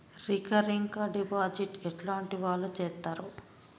Recurring deposit ఎట్లాంటి వాళ్లు చేత్తరు?